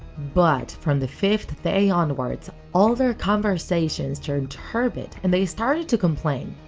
but from the fifth day onwards, all their conversations turned turbid and they started to complain.